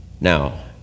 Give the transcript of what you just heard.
Now